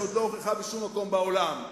שעוד לא הוכחה בשום מקום בעולם,